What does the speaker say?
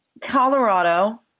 Colorado